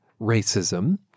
racism